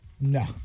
No